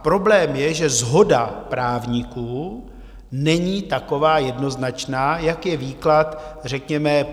Problém je, že shoda právníků není taková jednoznačná, jak je výklad řekněme.